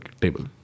table